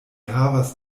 havas